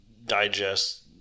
Digest